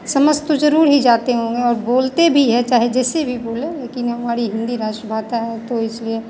समझ तो ज़रूर ही जाते होंगे और बोलते भी हैं चाहे जैसे भी बोलें लेकिन हमारी हिन्दी राष्ट्रभाषा है तो इसलिए